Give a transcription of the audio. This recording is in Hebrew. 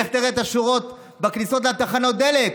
לך תראה את השורות בכניסות לתחנות דלק,